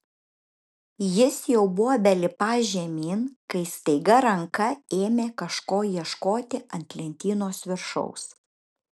jis jau buvo belipąs žemyn kai staiga ranka ėmė kažko ieškoti ant lentynos viršaus